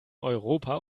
europa